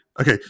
Okay